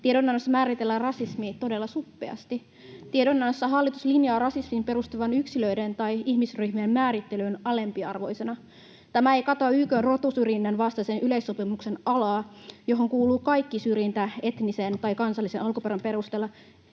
Tiedonannossa määritellään rasismi todella suppeasti. Tiedonannossa hallitus linjaa rasismin perustuvan yksilöiden tai ihmisryhmien määrittelyyn alempiarvoisena. Tämä ei kata YK:n rotusyrjinnän vastaisen yleissopimuksen alaa, johon kuuluu kaikki syrjintä etnisen tai kansallisen alkuperän perusteella,